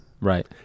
Right